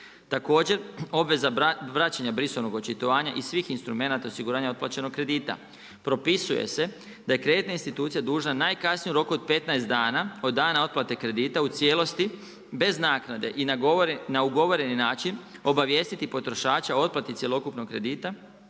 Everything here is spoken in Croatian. Također, obveza vraćanja brisanog očitovanja i svih instrumenata osiguranja otplaćenog kredita, propisuje se da je kreditna institucija dužna najkasnije u roku od 15 dana od dana otplate kredite, u cijelosti, bez naknade i na ugovoreni način, obavijestiti potrošača o otplati cjelokupnog kredita